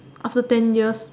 after ten years